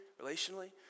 relationally